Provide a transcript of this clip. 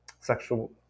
sexual